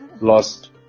lost